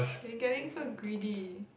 they're getting so greedy